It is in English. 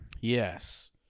Yes